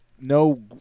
no